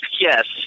Yes